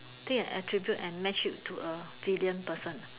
take an attribute and match it to a filial person